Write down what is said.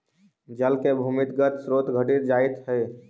जल के भूमिगत स्रोत घटित जाइत हई